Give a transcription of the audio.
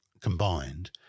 combined